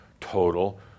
total